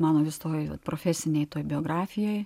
mano vis toj profesinėj biografijoj